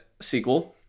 sequel